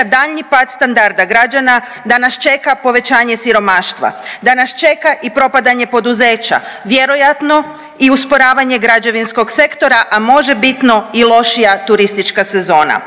daljnji pad standard građana, da nas čeka povećanje siromaštva, da nas čeka i propadanje poduzeća, vjerojatno i usporavanje građevinskog sektora, a možebitno i lošija turistička sezona.